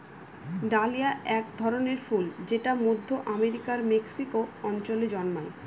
dahlia এক ধরনের ফুল যেটা মধ্য আমেরিকার মেক্সিকো অঞ্চলে জন্মায়